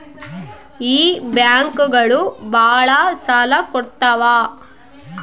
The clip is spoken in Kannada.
ಈ ಬ್ಯಾಂಕುಗಳು ಭಾಳ ಸಾಲ ಕೊಡ್ತಾವ